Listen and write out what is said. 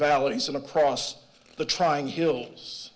valleys and across the trying hills